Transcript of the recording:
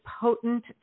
potent